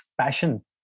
passion